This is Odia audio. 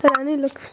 ରାଣୀ ଲକ୍ଷ୍ମୀ